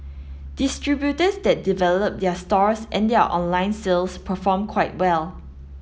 distributors that develop their stores and their online sales perform quite well